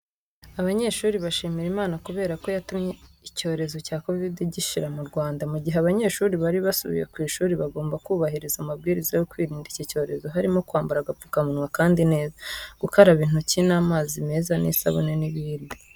Abanyeshuri bashimira Imana kubera ko yatumye icyorezo cya Kovide gishira mu Rwanda. Mu gihe abanyeshuri bari basubiye ku ishuri bagombaga kubahiriza amabwiriza yo kwirinda iki cyorezo harimo kwambara agapfukamunwa kandi neza, gukaraba intoki n'amazi meza n'isabune n'ibindi.